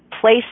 place